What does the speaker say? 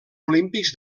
olímpics